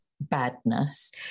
badness